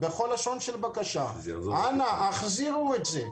בכל לשון של בקשה, אנא החזירו את זה.